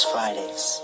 Fridays